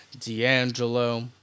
D'Angelo